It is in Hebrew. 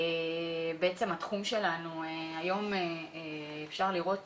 היום אפשר לראות